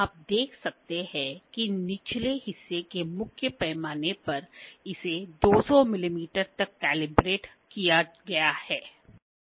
आप देख सकते हैं कि निचले हिस्से में मुख्य पैमाने पर इसे 200 मिमी तक कैलिब्रेट किया गया है